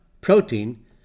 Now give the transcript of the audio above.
protein